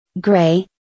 Gray